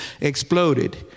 exploded